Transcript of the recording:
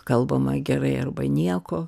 kalbama gerai arba nieko